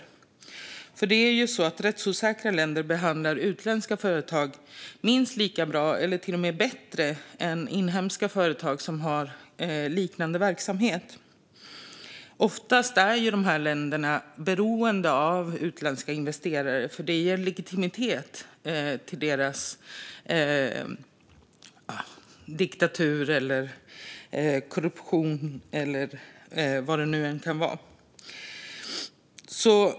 För att det är ju så att rättsosäkra länder behandlar utländska företag minst lika bra som, eller till och med bättre än, inhemska företag som har liknande verksamhet. Oftast är dessa länder beroende av utländska investerare. Det ger legitimitet till diktaturer, länder med korruption eller vad det nu än kan vara.